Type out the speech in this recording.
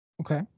Okay